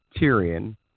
Tyrion